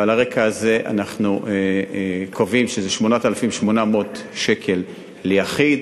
ועל הרקע הזה אנחנו קובעים שזה 8,800 שקל ליחיד,